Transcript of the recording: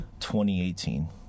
2018